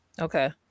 Okay